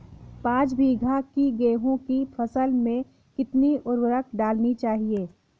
पाँच बीघा की गेहूँ की फसल में कितनी उर्वरक डालनी चाहिए?